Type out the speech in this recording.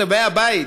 על באי הבית.